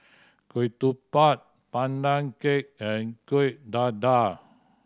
ketupat Pandan Cake and Kueh Dadar